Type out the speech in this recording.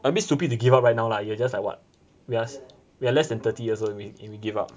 a bit stupid to give up right now lah you're just like what you're you're less than thirty years old if you give up